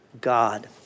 God